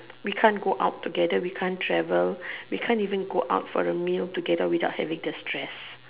we can't go out together we can't travel we can't even go out for a meal together without having the stress